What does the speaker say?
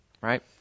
right